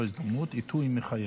לא הזדמנות, עיתוי מחייב.